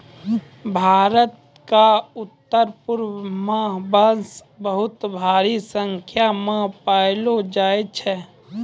भारत क उत्तरपूर्व म बांस बहुत भारी संख्या म पयलो जाय छै